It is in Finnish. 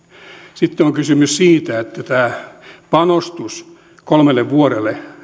sitten on kysymys siitä että tämä panostus kolmelle vuodelle